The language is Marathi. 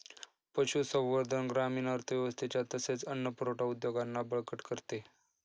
पशुसंवर्धन ग्रामीण अर्थव्यवस्थेच्या तसेच अन्न पुरवठा उद्योगांना बळकट करते